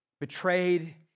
betrayed